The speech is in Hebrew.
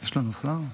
שר?